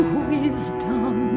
wisdom